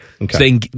okay